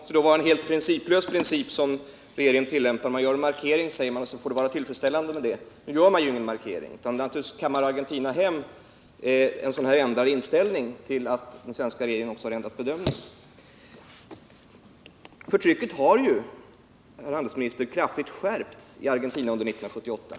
Herr talman! Det måste vara en helt principlös princip som regeringen tillämpar. Man gör en markering, säger man, och det får vara tillfredsställande. Nu gör man ju ingen markering, och naturligtvis kammar Argentina hem en sådan ändrad inställning och tolkar den som att svenska regeringen också har ändrat sin bedömning. Förtrycket har ju, herr handelsminister, kraftigt skärpts i Argentina under 1978.